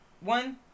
one